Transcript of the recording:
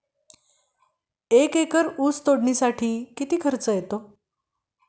एक एकर ऊस तोडणीसाठी किती खर्च येतो?